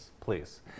please